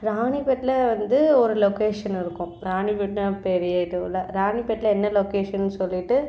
ராணிபேட்டில் வந்து ஒரு லொக்கேஷன் இருக்கும் ராணிபேட்னா பெரிய இதுவுல்ல ராணிபேட்டில் என்ன லொக்கேஷன்னு சொல்லிவிட்டு